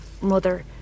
mother